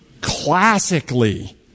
classically